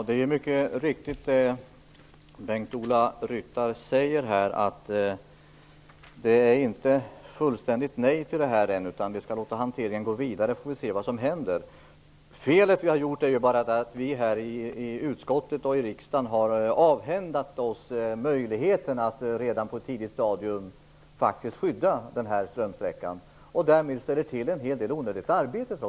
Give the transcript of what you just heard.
Fru talman! Det är riktigt som Bengt-Ola Ryttar säger. Det här innebär inte ett fullständigt nej, utan man låter hanteringen gå vidare för att se vad som händer. Felet är bara att vi i utskottet och riksdagen har avhänt oss möjligheten att redan på ett tidigt stadium skydda den här strömsträckan. Detta medför en hel del onödigt arbete.